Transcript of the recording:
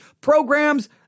programs